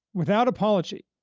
without apology,